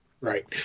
Right